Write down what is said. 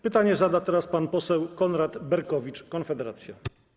Pytanie zada teraz pan poseł Konrad Berkowicz, Konfederacja.